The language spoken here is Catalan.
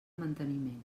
manteniment